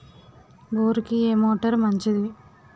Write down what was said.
బోరుకి ఏ మోటారు మంచిది?